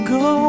go